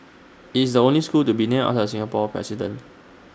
IT is the only school to be named outside Singapore president